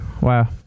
Wow